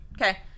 Okay